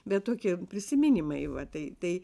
bet tokie prisiminimai va tai tai